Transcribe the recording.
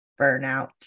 burnout